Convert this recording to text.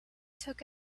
took